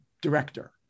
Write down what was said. director